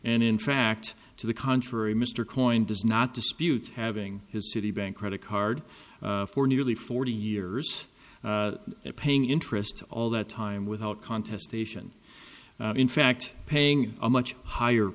and in fact to the contrary mr coyne does not dispute having his citibank credit card for nearly forty years paying interest all that time without contest station in fact paying a much higher